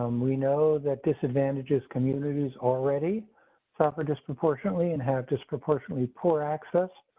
um we know that disadvantages communities already suffer disproportionately and have disproportionately poor access